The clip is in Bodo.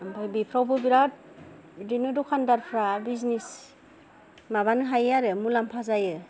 ओमफ्राय बेफोरावबो बिराथ बिदिनो दखानदारफ्रा बिजनेस माबानो हायो आरो मुलाम्फा जायो